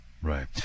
Right